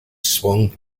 swung